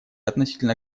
относительно